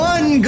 One